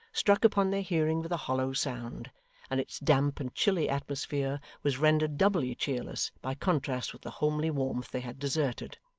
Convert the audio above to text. struck upon their hearing with a hollow sound and its damp and chilly atmosphere was rendered doubly cheerless by contrast with the homely warmth they had deserted.